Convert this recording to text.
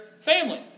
family